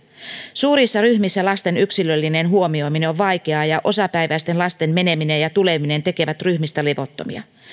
suurissa ryhmissä lasten yksilöllinen huomioiminen on vaikeaa ja osapäiväisten lasten meneminen ja tuleminen tekevät ryhmistä levottomia